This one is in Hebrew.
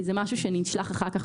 כי זה משהו שנשלח אחר כך